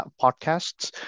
podcasts